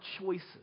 choices